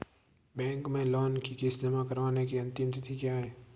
Bank में loan की किश्त जमा कराने की अंतिम तिथि क्या है?